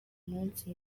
munsi